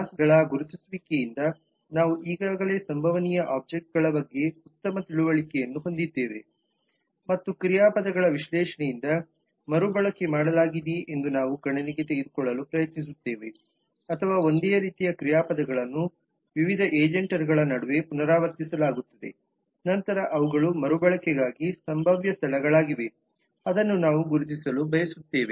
ಕ್ಲಾಸ್ಗಳ ಗುರುತಿಸುವಿಕೆಯಿಂದ ನಾವು ಈಗಾಗಲೇ ಸಂಭವನೀಯ ಒಬ್ಜೆಕ್ಟ್ಗಳ ಬಗ್ಗೆ ಉತ್ತಮ ತಿಳುವಳಿಕೆಯನ್ನು ಹೊಂದಿದ್ದೇವೆಮತ್ತು ಕ್ರಿಯಾಪದಗಳ ವಿಶ್ಲೇಷಣೆಯಿಂದ ಮರುಬಳಕೆ ಮಾಡಲಾಗಿದೆಯೆ ಎಂದು ನಾವು ಗಣನೆಗೆ ತೆಗೆದುಕೊಳ್ಳಲು ಪ್ರಯತ್ನಿಸುತ್ತೇವೆ ಅಥವಾ ಒಂದೇ ರೀತಿಯ ಕ್ರಿಯಾಪದಗಳನ್ನು ವಿವಿಧ ಏಜೆಂಟರ ನಡುವೆ ಪುನರಾವರ್ತಿಸಲಾಗುತ್ತದೆ ನಂತರ ಅವುಗಳು ಮರುಬಳಕೆಗಾಗಿ ಸಂಭಾವ್ಯ ಸ್ಥಳಗಳಾಗಿವೆ ಅದನ್ನು ನಾವು ಗುರುತಿಸಲು ಬಯಸುತ್ತೇವೆ